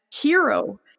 hero